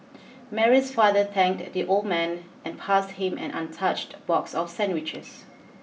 Mary's father thanked the old man and passed him an untouched box of sandwiches